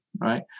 right